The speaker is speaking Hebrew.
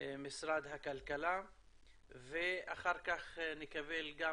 משרד הכלכלה ואחר כך נקבל גם